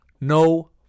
No